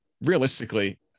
realistically